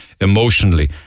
emotionally